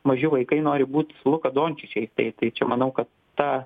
maži vaikai nori būt luka dončičiais tais tai čia manau kad tą